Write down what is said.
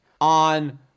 on